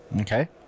Okay